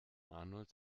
arnold